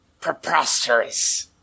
Preposterous